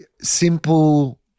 simple